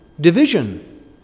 division